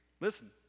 Listen